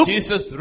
Jesus